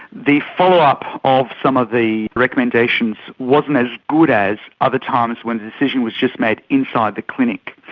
the follow-up of some of the recommendations wasn't as good as other times when the decision was just made inside the clinic.